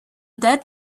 dead